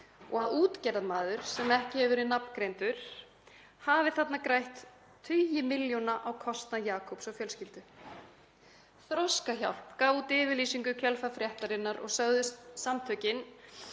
og að útgerðarmaður, sem ekki hefur verið nafngreindur, hafi þarna grætt tugi milljóna á kostnað Jakubs og fjölskyldu. Þroskahjálp gaf út yfirlýsingu í kjölfar fréttarinnar og sögðust samtökin